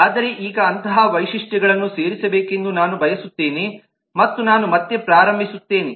ಆದರೆ ಈಗ ಅಂತಹ ವೈಶಿಷ್ಟ್ಯಗಳನ್ನು ಸೇರಿಸಬೇಕೆಂದು ನಾನು ಬಯಸುತ್ತೇನೆ ಮತ್ತು ನಾನು ಮತ್ತೆ ಪ್ರಾರಂಭಿಸುತ್ತೇನೆ